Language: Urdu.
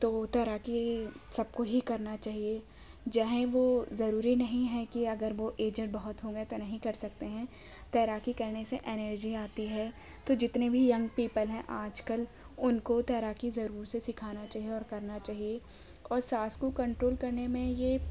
تو تیراکی سب کو ہی کرنا چاہیے چاہے وہ ضروری نہیں ہے کہ اگر وہ ایجڈ بہت ہوگئے تو نہیں کر سکتے ہیں تیراکی کرنے سے انرجی آتی ہے تو جتنے بھی ینگ پیپل ہیں آج کل ان کو تیراکی ضرور سے سکھانا چاہئے اور کرنا چاہیے اور سانس کو کنٹرول کرنے میں یہ